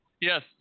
Yes